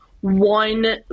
one